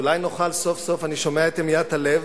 אולי נוכל סוף-סוף אני שומע את המיית הלב